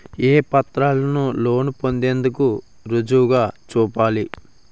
ఏ పత్రాలను లోన్ పొందేందుకు రుజువుగా చూపాలి?